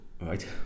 Right